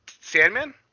Sandman